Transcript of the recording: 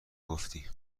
گفتی